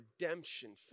redemption